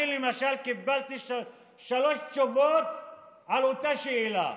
אני למשל קיבלתי שלוש תשובות על אותה שאלה.